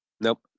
Nope